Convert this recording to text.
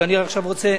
אבל אני עכשיו רוצה,